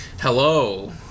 Hello